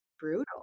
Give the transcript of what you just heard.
brutal